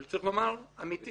וצריך לומר אמיתית,